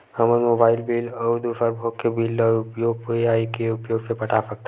हमन mobile bill अउ दूसर भोग के बिल ला यू.पी.आई के उपयोग से पटा सकथन